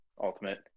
Ultimate